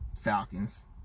Falcons